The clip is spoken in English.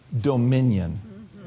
dominion